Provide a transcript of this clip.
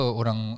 orang